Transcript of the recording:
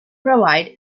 provide